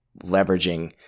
leveraging